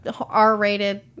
R-rated